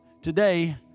today